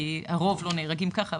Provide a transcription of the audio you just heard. כי הרוב לא נהרגים ככה,